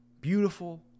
beautiful